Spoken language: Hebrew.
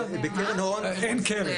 אין קרן,